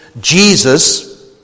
Jesus